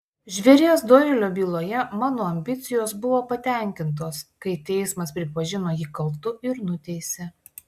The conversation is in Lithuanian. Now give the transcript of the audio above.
žvėries doilio byloje mano ambicijos buvo patenkintos kai teismas pripažino jį kaltu ir nuteisė